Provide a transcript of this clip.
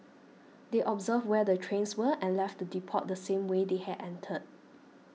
they observed where the trains were and left the depot the same way they had entered